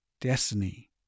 destiny